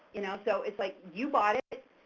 you know so it's like you bought it,